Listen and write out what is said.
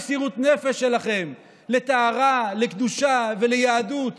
מסירות הנפש שלכם לטהרה, לקדושה וליהדות